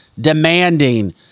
demanding